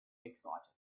excited